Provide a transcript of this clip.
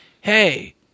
hey